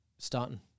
starting